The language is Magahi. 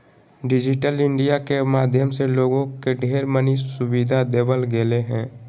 डिजिटल इन्डिया के माध्यम से लोगों के ढेर मनी सुविधा देवल गेलय ह